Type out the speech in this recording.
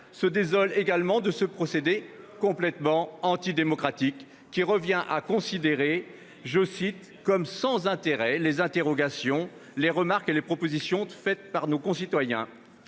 se désolent également de ce procédé complètement antidémocratique, qui revient à « considérer comme sans intérêt [...] les interrogations, les remarques et les propositions faites » par nos concitoyens.